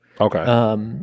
Okay